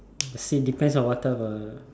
it depends on what type of uh